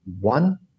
one